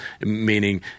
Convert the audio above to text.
meaning